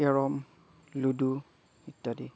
carrom ludo ইত্যাদি